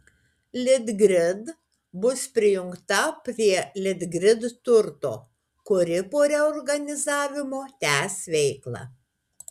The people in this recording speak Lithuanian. litgrid bus prijungta prie litgrid turto kuri po reorganizavimo tęs veiklą